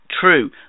True